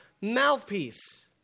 mouthpiece